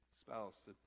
spouse